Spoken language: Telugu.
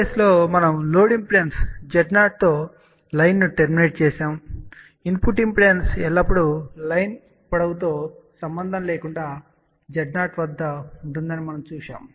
కేస్ 3 మనం లోడ్ ఇంపిడెన్స్ Z0 తో లైన్ను టర్మినేట్ చేసాము ఇన్పుట్ ఇంపిడెన్స్ ఎల్లప్పుడూ లైన్ పొడవుతో సంబంధం లేకుండా Z0 వద్ద ఉంటుందని మనము చూశాము